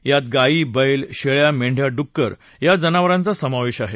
यात गायी बैल शेळ्या मेंढ्या डुक्कर या जनावरांचा समावेश आहे